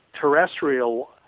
terrestrial